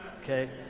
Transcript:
Okay